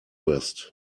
west